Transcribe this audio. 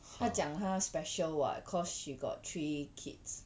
她讲她 special [what] cause she got three kids